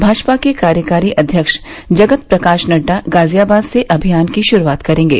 भाजपा के कार्यकारी अध्यक्ष जगत प्रकाश नड्डा गाजियाबाद से अभियान की शुरूआत करेंगे